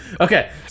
Okay